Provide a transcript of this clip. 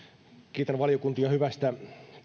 kiitän valiokuntia hyvästä